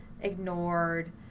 ignored